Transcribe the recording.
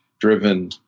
driven